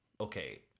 Okay